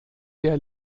der